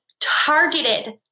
targeted